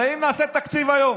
הרי אם נעשה תקציב היום